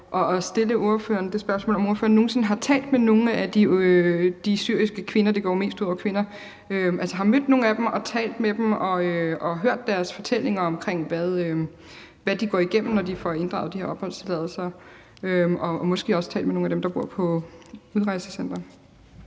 mig at spørge ordføreren, om ordføreren nogen sinde har talt med nogle af de syriske kvinder – det går jo mest ud over kvinder – altså om hun har mødt nogle af dem og hørt deres fortællinger om, hvad de går igennem, når de får inddraget deres opholdstilladelser, og om hun måske også har talt med nogle af dem, der bor på udrejsecentrene.